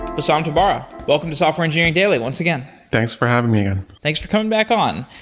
but um tabbara, welcome to software engineering daily once again thanks for having me again thanks for coming back on.